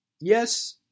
Yes